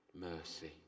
mercy